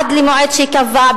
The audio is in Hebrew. עד למועד שייקבע,